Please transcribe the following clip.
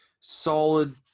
solid